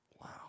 Wow